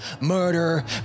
murder